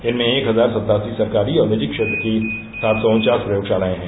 इनमें एक हजार सत्तासी सरकारी और निजी क्षेत्र की सात सौ उन्वास प्रयोगशालाए हैं